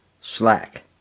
Slack